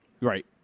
Right